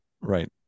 Right